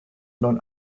known